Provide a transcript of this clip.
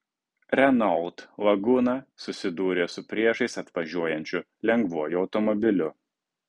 renault laguna susidūrė su priešais atvažiuojančiu lengvuoju automobiliu